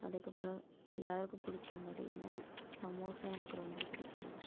அதுக்கப்புறம் எல்லாருக்கும் பிடித்த மாரி என்ன சமோசா எனக்கு ரொம்ப பிடிக்கும்